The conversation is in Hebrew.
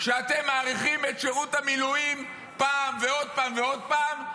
כשאתם מאריכים את שירות המילואים פעם ועוד פעם ועוד פעם,